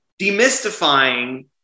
demystifying